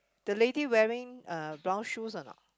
the lady wearing a brown shoes or not